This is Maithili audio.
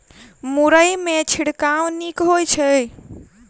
मुरई मे छिड़काव नीक होइ छै?